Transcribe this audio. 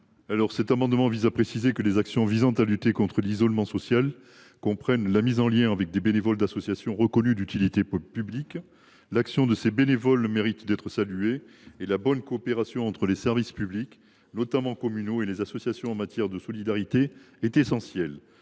? Cet amendement vise à préciser que les actions visant à lutter contre l’isolement social comprennent la mise en relation avec des bénévoles d’associations reconnues d’utilité publique. L’action de ces bénévoles mérite d’être saluée, et la bonne coopération entre les services publics, notamment communaux, et les associations en matière de solidarité, est essentielle.